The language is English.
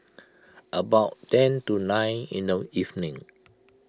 about ten to nine in the evening